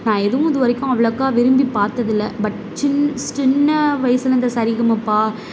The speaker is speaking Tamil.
நான் எதுவும் இதுவரைக்கும் அவ்வளோக்கா விரும்பி பார்த்ததில்ல பட் சின் சின்ன வயசுல இந்த சரிகமபா